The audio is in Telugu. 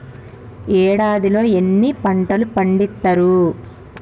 ఏడాదిలో ఎన్ని పంటలు పండిత్తరు?